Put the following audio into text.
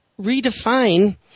redefine